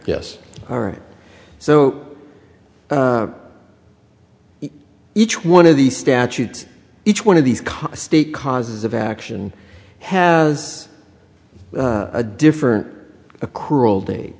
yes all right so each one of these statutes each one of these cars state causes of action has a different accrual da